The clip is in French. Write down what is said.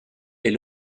est